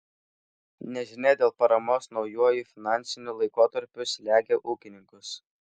nežinia dėl paramos naujuoju finansiniu laikotarpiu slegia ūkininkus